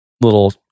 little